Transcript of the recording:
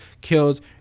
kills